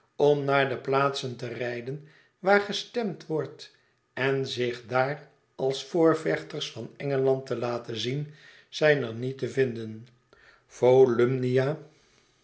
om naar de plaatsen te rijden waar gestemd wordt en zich daar als voorvechters van engeland te laten zien zijn er niet te vinden